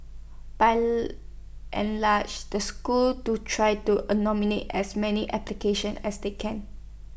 by and large the schools do try to A nominate as many application as they can